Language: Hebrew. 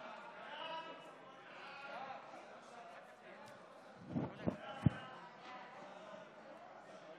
הצעת ועדת הכנסת להעביר את הצעת חוק סליקת שיקים